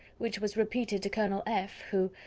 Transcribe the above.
which was repeated to colonel f, who,